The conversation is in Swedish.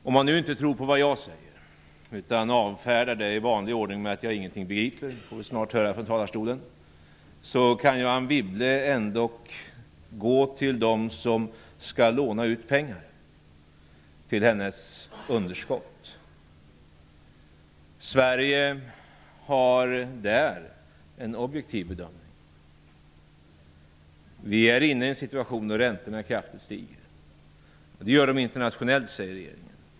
Om Anne Wibble inte tror på vad jag säger utan avfärdar mig med att jag ingenting begriper -- det får vi snart höra från talarstolen -- kan hon ändock vända sig till dem som skall låna ut pengar till hennes underskott. Sverige gör där en objektiv bedömning. Vi befinner oss i en situation då räntorna stiger kraftigt. Det gör de internationellt, säger regeringen.